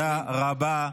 תודה רבה.